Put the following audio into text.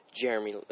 Jeremy